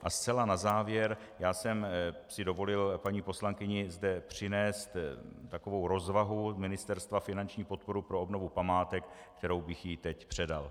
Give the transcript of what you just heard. A zcela na závěr jsem si dovolil paní poslankyni zde přinést takovou rozvahu ministerstva, finanční podporu pro obnovu památek, kterou bych jí teď předal.